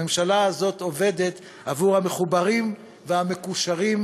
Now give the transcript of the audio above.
הממשלה הזאת עובדת עבור המחוברים והמקושרים,